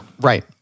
Right